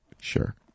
Sure